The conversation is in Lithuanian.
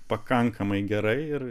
pakankamai gerai ir